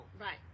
Right